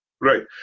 Right